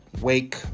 Wake